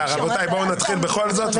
--- הוא עוד לא סיים.